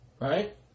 right